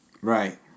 Right